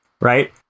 right